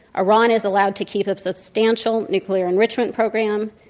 iran is allowed to keep a substantial nuclear enrichment program,